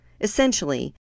Essentially